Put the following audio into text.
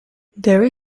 there